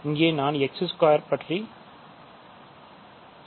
இங்கே நான் x2 ஐ பற்றி செய்கிறேன்